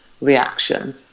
reaction